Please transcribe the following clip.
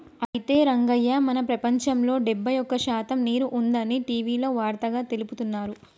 అయితే రంగయ్య మన ప్రపంచంలో డెబ్బై ఒక్క శాతం నీరు ఉంది అని టీవీలో వార్తగా తెలుపుతున్నారు